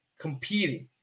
competing